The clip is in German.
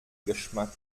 geschmack